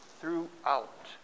throughout